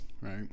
right